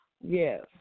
Yes